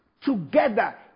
together